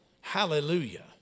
Hallelujah